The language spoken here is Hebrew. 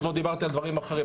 עוד לא דיברתי על דברים אחרים.